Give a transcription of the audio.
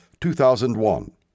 2001